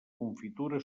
confitura